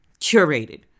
curated